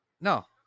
no